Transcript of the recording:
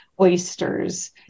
oysters